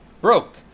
broke